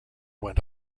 went